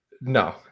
No